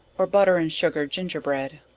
or butter and sugar gingerbread.